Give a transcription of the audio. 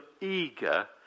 eager